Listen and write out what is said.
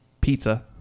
pizza